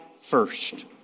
first